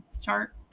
chart